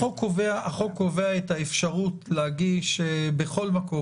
החוק קובע את האפשרות להגיש בכל מקום.